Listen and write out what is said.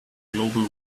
global